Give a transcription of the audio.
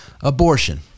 Abortion